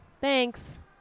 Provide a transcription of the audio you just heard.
Thanks